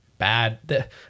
bad